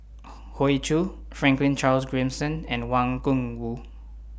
Hoey Choo Franklin Charles Gimson and Wang Gungwu